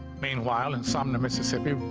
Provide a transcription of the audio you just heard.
meanwhile, in sumner, mississippi,